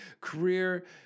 career